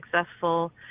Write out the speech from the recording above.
successful